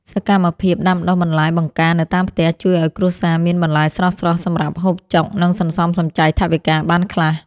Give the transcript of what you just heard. សកម្មភាពដាំដុះបន្លែបង្ការនៅតាមផ្ទះជួយឱ្យគ្រួសារមានបន្លែស្រស់ៗសម្រាប់ហូបចុក និងសន្សំសំចៃថវិកាបានខ្លះ។